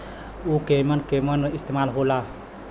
उव केमन केमन इस्तेमाल हो ला?